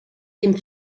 dem